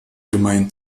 gemeint